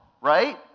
right